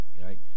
right